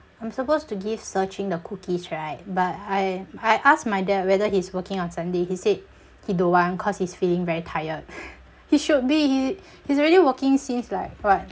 I'm supposed to give si ching the cookies right but I I asked my dad whether he's working on sunday he said he don't want cause he's feeling very tired he should be he he's already working since like what